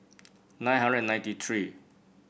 nine hundred and ninety three